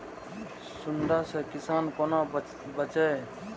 सुंडा से किसान कोना बचे?